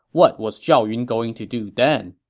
what was zhao yun going to do then?